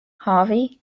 harvey